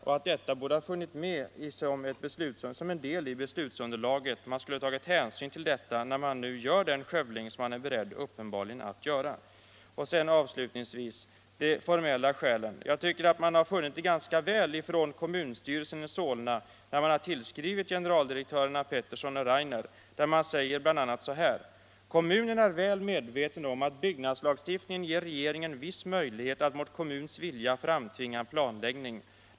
Denna avvägning borde ha funnits med som en del i beslutsunderlaget så att man hade kunnat ta hänsyn till den inför den skövling man uppenbarligen är beredd att göra. Sedan vill jag säga något om de formella skälen. Jag tycker att kommunstyrelsen i Solna har formulerat sig ganska väl i sin skrivelse till generaldirektörerna Peterson och Rainer. Det sägs bl.a.: ”Kommunen är väl medveten om att byggnadslagstiftningen ger regeringen viss möjlighet att mot kommuns vilja framtvinga en planläggning.